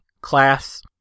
class